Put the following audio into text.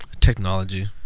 Technology